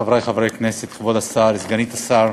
חברי חברי הכנסת, כבוד השר, סגנית השר,